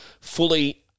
fully